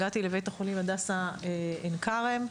הגעתי לבית החולים הדסה עין כרם.